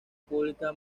pública